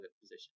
position